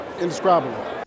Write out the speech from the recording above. indescribable